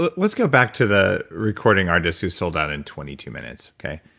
but let's go back to the recording artist who sold out in twenty two minutes, okay.